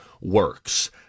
works